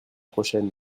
prochaine